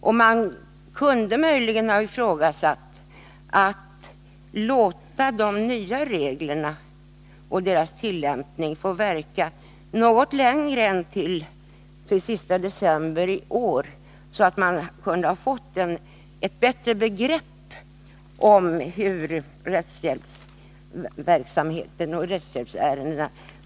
Det kunde möjligen ha ifrågasatts om inte de nya reglerna och deras tillämpning borde ha tillämpats något längre än till sista december i år, så att man hade fått ett bättre begrepp om hur det verkligen förhåller sig med rättshjälpsverksamheten och rättshjälpsärendena.